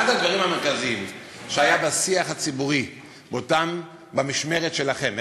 אחד הדברים המרכזיים שהיו בשיח הציבורי במשמרת שלכם,